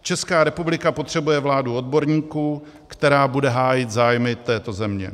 Česká republika potřebuje vládu odborníků, která bude hájit zájmy této země.